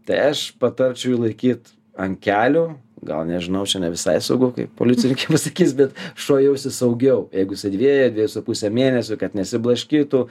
tai aš patarčiau jį laikyt ant kelių gal nežinau čia ne visai saugu kaip policininkai pasakys bet šuo jausis saugiau jeigu jisai dviejų dviejų su puse mėnesio kad nesiblaškytų